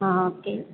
ஆ ஆ ஓகே